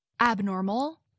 abnormal